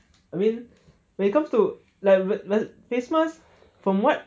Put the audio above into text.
I mean when it comes to like l~ l~ face mask from what